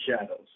shadows